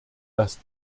dass